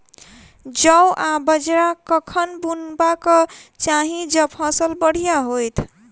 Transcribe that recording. जौ आ बाजरा कखन बुनबाक चाहि जँ फसल बढ़िया होइत?